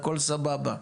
הכול סבבה.